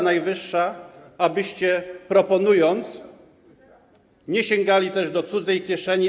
Najwyższa pora, abyście proponując, nie sięgali też do cudzej kieszeni.